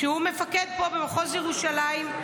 שהוא מפקד פה במחוז ירושלים,